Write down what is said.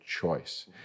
choice